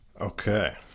Okay